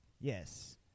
Yes